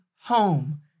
home